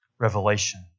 revelation